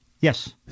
Yes